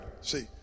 see